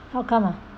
how come ah